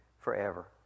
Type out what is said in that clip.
forever